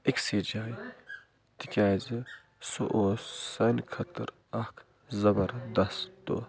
أکسٕے جایہِ تِکیٛازِ سُہ اوس سانہِ خٲطر اَکھ زبردست دۄہ